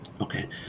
Okay